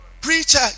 Preacher